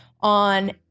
on